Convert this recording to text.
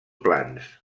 plans